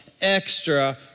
extra